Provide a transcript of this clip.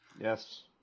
Yes